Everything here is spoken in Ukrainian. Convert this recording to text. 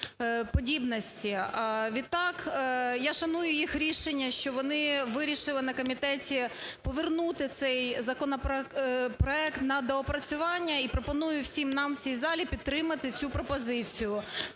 я шаную їх рішення, що вони вирішили на комітеті повернути цей законопроект на доопрацювання. І пропоную всім нам в цій залі підтримати цю пропозицію.